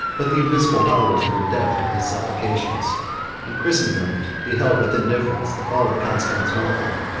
but the invisible powers were deaf to his supplications and christendom beheld with indifference the fall of constantinople,